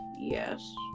Yes